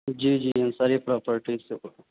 جی جی انصاری پراپرٹی سے بول رہا ہوں